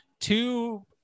two